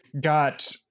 got